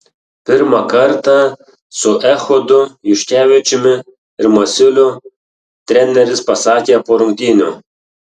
pirmą kartą su echodu juškevičiumi ir masiuliu treneris pasakė po rungtynių